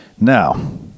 Now